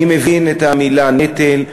אני מבין את המילה נטל,